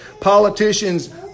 politicians